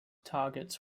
targets